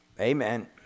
Amen